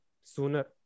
sooner